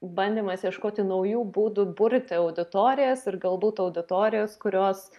bandymas ieškoti naujų būdų burti auditorijas ir galbūt auditorijos kurios